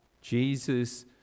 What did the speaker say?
jesus